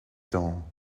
temps